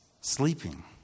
sleeping